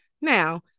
Now